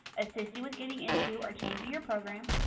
assist you with getting into or changing your program.